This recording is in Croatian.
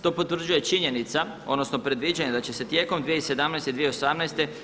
To potvrđuje činjenica odnosno predviđanje da će se tijekom 2017. i 2018.